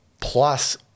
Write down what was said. plus